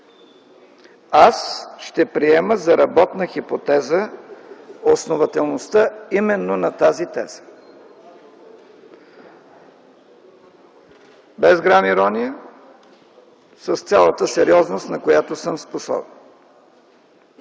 Аз ще приема за работна хипотеза основателността именно на тази теза без грам ирония с цялата сериозност, на която съм способен.